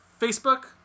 Facebook